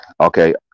okay